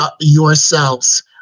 yourselves